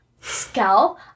scalp